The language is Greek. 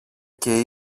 και